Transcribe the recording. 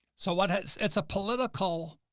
so what has, it's a political